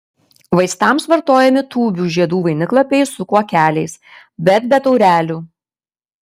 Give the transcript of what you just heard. vaistams vartojami tūbių žiedų vainiklapiai su kuokeliais bet be taurelių